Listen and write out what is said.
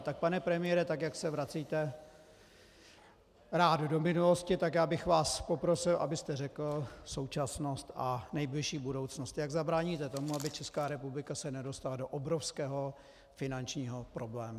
Tak pane premiére, tak jak se vracíte rád do minulosti, tak já bych vás poprosil, abyste řekl současnost a nejbližší budoucnost, jak zabráníte tomu, aby Česká republika se nedostala do obrovského finančního problému.